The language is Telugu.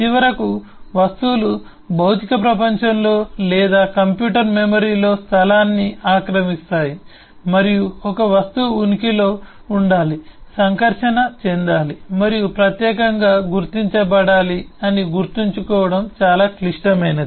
చివరకు వస్తువులు భౌతిక ప్రపంచంలో లేదా కంప్యూటర్ మెమరీలో స్థలాన్ని ఆక్రమిస్తాయి మరియు ఒక వస్తువు ఉనికిలో ఉండాలి సంకర్షణ చెందాలి మరియు ప్రత్యేకంగా గుర్తించబడాలి అని గుర్తుంచుకోవడం చాలా క్లిష్టమైనది